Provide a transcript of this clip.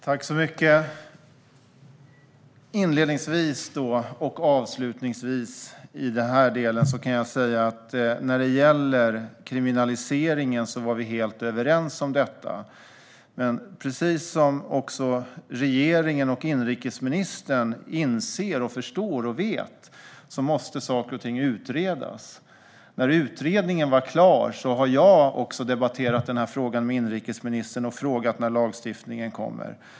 Fru talman! Inledningsvis och avslutningsvis i denna del kan jag säga att när det gäller kriminaliseringen var vi helt överens. Men precis som också regeringen och inrikesministern inser, förstår och vet måste saker och ting utredas. När utredningen var klar debatterade jag frågan med inrikesministern och frågade när lagstiftningen kommer.